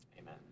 Amen